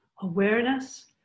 Awareness